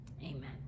Amen